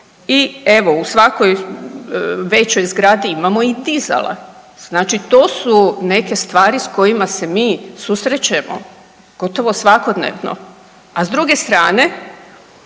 i evo u svakoj većoj zgradi imamo i dizala. Znači to su neke stvari s kojima se mi susrećemo gotovo svakodnevno, a s druge strane